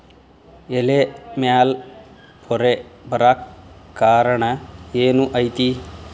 ಎಲೆ ಮ್ಯಾಲ್ ಪೊರೆ ಬರಾಕ್ ಕಾರಣ ಏನು ಐತಿ?